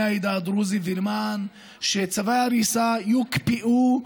העדה הדרוזית וכדי שצווי ההריסה יוקפאו,